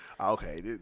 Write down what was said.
Okay